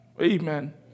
Amen